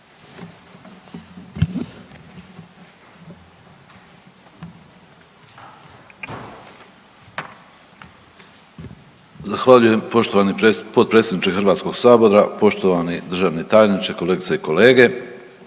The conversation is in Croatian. Poštovani potpredsjedniče Hrvatskog sabora, poštovani državni tajniče, kolegice i kolege